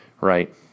right